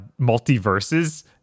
multiverses